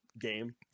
game